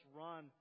run